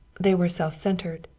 they were self-centered.